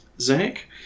zach